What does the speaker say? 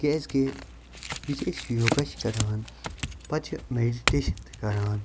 کیازکہِ یُس أسۍ یوگا چھِ کَران پتہٕ چھِ میٚڈِٹیشن تہِ کَران